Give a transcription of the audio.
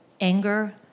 Anger